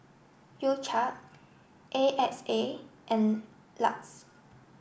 U cha A X A and LUX